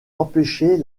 empêcher